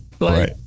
right